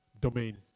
domain